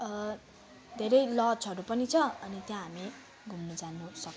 धेरै लजहरू पनि छ अनि त्यहाँ हामी घुम्नु जानु सक्छ